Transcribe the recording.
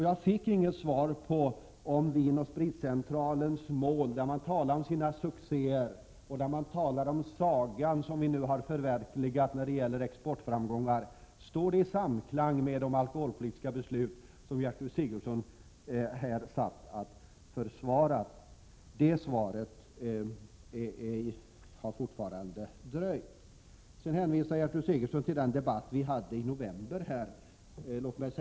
Jag fick inget svar på min fråga om Vin & Spritcentralens mål — från det hållet talar man ju om sina succéer och om sagan som har blivit verklighet när det gäller exportframgångarna — står i samklang med de alkoholpolitiska beslut som Gertrud Sigurdsen är satt att försvara. Gertrud Sigurdsen hänvisar till den debatt som vi hade i november här i kammaren.